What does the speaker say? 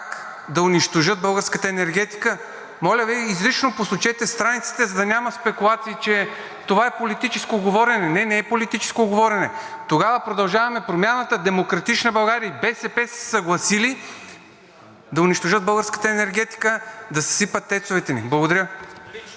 да унищожат българската енергетика. Моля Ви, изрично посочете страниците, за да няма спекулации, че това е политическо говорене. Не, не е политическо говорене! Тогава „Продължаваме Промяната“, „Демократична България“ и БСП са се съгласили да унищожат българската енергетика, да съсипят ТЕЦ-овете ни. Благодаря.